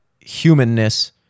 humanness